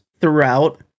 throughout